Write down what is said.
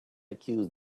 accuse